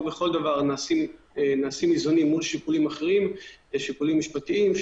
בכל דבר נעשים איזונים מול שיקולים אחרים של השב"כ.